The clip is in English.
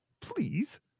Please